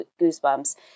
goosebumps